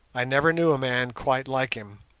i never knew a man quite like him,